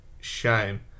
shame